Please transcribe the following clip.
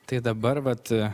tai dabar vat